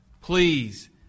Please